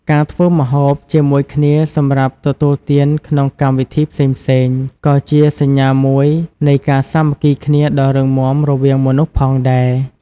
ការធ្វើម្ហូបជាមួយគ្នាសម្រាប់ទទួលទានក្នុងកម្មវិធីផ្សេងៗ ក៏ជាសញ្ញាមួយនៃការសាមគ្គីគ្នាដ៏រឹងមាំរវាងមនុស្សផងដែរ។